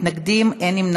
נמנעים.